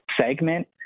segment